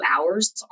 hours